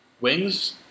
wings